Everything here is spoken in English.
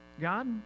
God